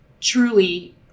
truly